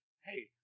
Hey